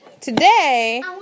today